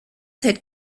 had